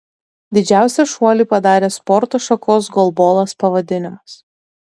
didžiausią šuolį padarė sporto šakos golbolas pavadinimas